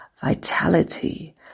vitality